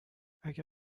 اگه